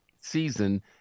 season